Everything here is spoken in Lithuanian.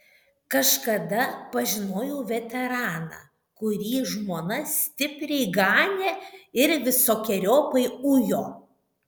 kažkada pažinojau veteraną kurį žmona stipriai ganė ir visokeriopai ujo